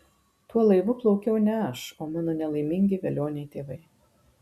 tuo laivu plaukiau ne aš o mano nelaimingi velioniai tėvai